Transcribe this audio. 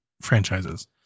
franchises